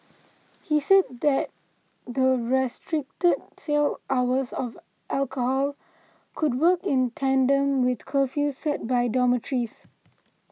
he said that the restricted sale hours of alcohol could work in tandem with curfews set by dormitories